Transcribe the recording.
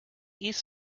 east